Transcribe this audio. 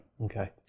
Okay